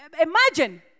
Imagine